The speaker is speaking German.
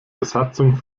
besatzung